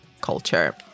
culture